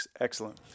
excellent